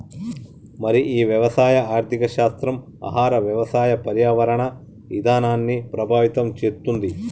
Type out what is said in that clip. మరి ఈ వ్యవసాయ ఆర్థిక శాస్త్రం ఆహార వ్యవసాయ పర్యావరణ ఇధానాన్ని ప్రభావితం చేతుంది